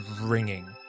ringing